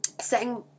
setting